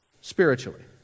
spiritually